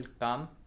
come